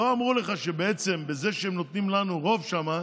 לא אמרו לך שבעצם בזה שהם נותנים לנו רוב שם,